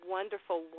Wonderful